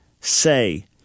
say